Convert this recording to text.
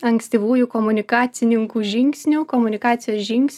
ankstyvųjų komunikacininkų žingsnių komunikacijos žings